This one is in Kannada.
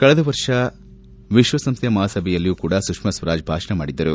ಕಳೆದ ವರ್ಷ ವಿಶ್ವಸಂಸ್ಥೆಯ ಮಹಾಸಭೆಯಲ್ಲಿಯೂ ಕೂಡಾ ಸುಷ್ನಾ ಸ್ವರಾಜ್ ಭಾಷಣ ಮಾಡಿದರು